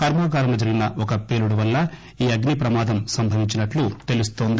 కర్మాగారంలో జరిగిన ఒక పేలుడు వల్ల ఈ అగ్పి ప్రమాదం సంభవించినట్లు తెలుస్తోంది